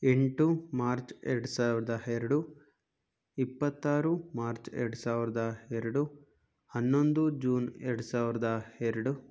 ಎಂಟು ಮಾರ್ಚ್ ಎರಡು ಸಾವಿರ್ದ ಎರಡು ಇಪ್ಪತ್ತಾರು ಮಾರ್ಚ್ ಎರಡು ಸಾವಿರ್ದ ಎರಡು ಹನ್ನೊಂದು ಜೂನ್ ಎರಡು ಸಾವಿರ್ದ ಎರಡು